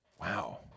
Wow